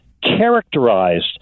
characterized